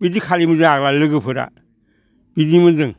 बिदि खालामोमोन जों आग्ला लोगोफोरा बिदिमोन जों